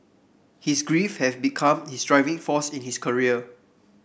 his grief have become his driving force in his career